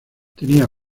tenía